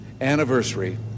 anniversary